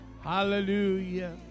Hallelujah